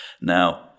Now